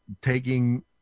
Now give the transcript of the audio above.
taking